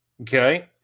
Okay